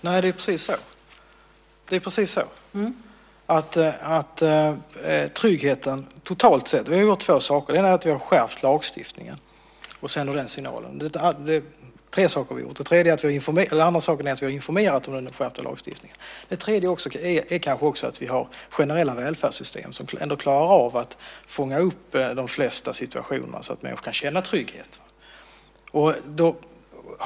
Fru talman! Det är precis så. Vi har gjort tre saker. En sak är att vi har skärpt lagstiftningen, och vi sänder ut den signalen. Den andra saken är att vi har informerat om den skärpta lagstiftningen. Den tredje saken är att vi har generella välfärdssystem som ändå klarar av att fånga upp de flesta situationerna så att människor kan känna trygghet.